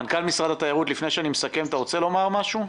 לפני הסיכום מנכ"ל משרד התיירות רוצה לומר משהו?